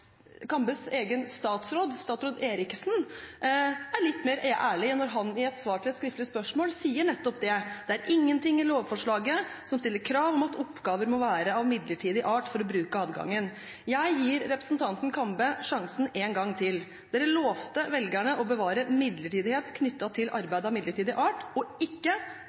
Kambes egen statsråd, statsråd Eriksson, er litt mer ærlig når han i svar på et skriftlig spørsmål sier nettopp at det er ingenting i lovforslaget som stiller krav om at oppgaver må være av midlertidig art for å bruke adgangen. Jeg gir representanten Kambe sjansen en gang til: Dere lovte velgerne å bevare midlertidighet knyttet til arbeid av midlertidig art og ikke